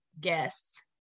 guests